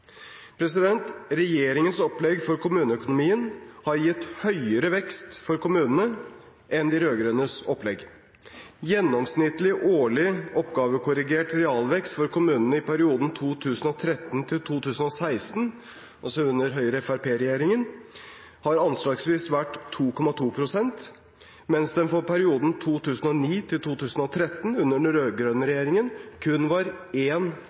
Regjeringens opplegg for kommuneøkonomien har gitt høyere vekst for kommunene enn de rød-grønnes opplegg. Gjennomsnittlig årlig oppgavekorrigert realvekst for kommunene i perioden 2013–2016, altså under Høyre–Fremskrittsparti-regjeringen, har anslagsvis vært på 2,2 pst., mens den for perioden 2009–2013 – under den rød-grønne regjeringen – kun var på 1,4 pst. Nedre Eiker har hatt en